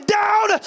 down